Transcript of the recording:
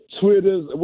Twitters